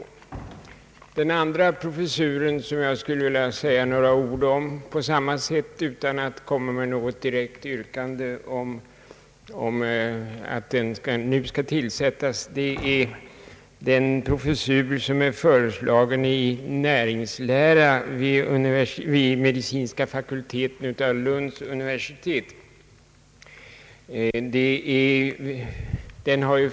I det andra fallet gäller det en professur i näringslära vid medicinska fakulteten av Lunds universitet. Inte heller beträffande denna professur har jag något direkt yrkande om att den nu skall tillsättas.